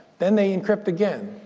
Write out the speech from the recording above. then they encrypt again.